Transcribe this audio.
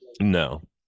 no